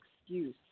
excuse